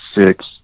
six